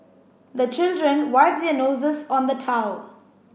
the children wipe their noses on the towel